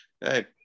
Hey